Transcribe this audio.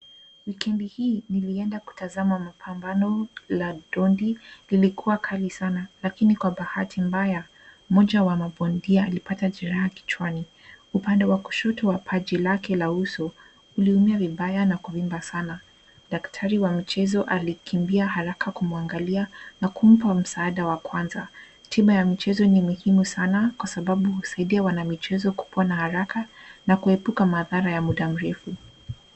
Wikendi hii nilienda kutazama mapambano la dondi lilikuwa kali sana lakini kwa bahati mbaya mmoja wa mabondia alipata jiraha kichwani upande wa kushoto wa paji lake la uso uliumia vibaya na kuvimba sana. Daktari wa michezo alikimbia haraka kumwangalia na kumpa msaada wa kwanza. Tiba ya michezo ni muhimu sana kwa sababu husaidia wanamichezo kupona haraka na kuepuka madhara ya muda mrefu.